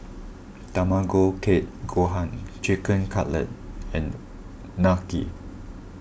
Tamago Kake Gohan Chicken Cutlet and Unagi